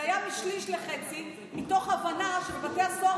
זה היה משליש לחצי מתוך הבנה שבבתי הסוהר